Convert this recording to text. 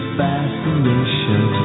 fascination